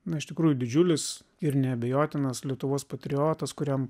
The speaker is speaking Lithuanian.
na iš tikrųjų didžiulis ir neabejotinas lietuvos patriotas kuriam